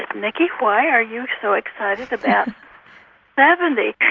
nikki, why are you so excited about seventy?